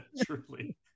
Truly